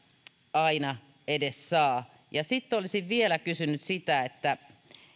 jos sinne edes valitusluvan saa sitten olisin vielä kysynyt sitä